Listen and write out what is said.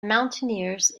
mountaineers